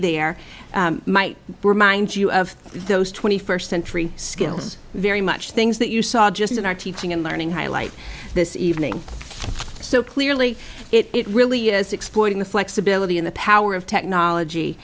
there might remind you of those twenty first century skills very much things that you saw just in our teaching and learning highlight this evening so clearly it really is exploiting the flexibility in the power of technology